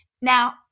Now